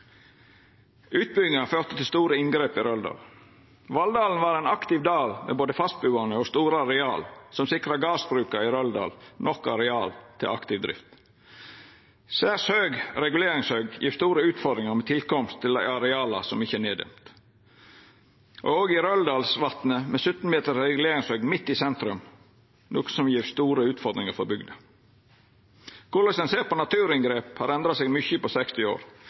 Utbygginga har ført til store inngrep i Røldal. Valldalen var ein aktiv dal med både fastbuande og store areal som sikra gardsbruka i Røldal nok areal til aktiv drift. Særs høg reguleringshøgd gjev store utfordringar med tilkomst til areala som ikkje er demde ned – òg i Røldalsvatnet med 17 meter reguleringshøgd midt i sentrum, noko som gjev store utfordringar for bygda. Korleis ein ser på naturinngrep, har endra seg mykje på 60 år.